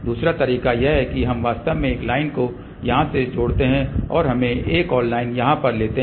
दूसरा तरीका यह है कि हम वास्तव में एक लाइन को यहाँ से जोड़ते हैं और हमें एक और लाइन यहाँ पर लेते हैं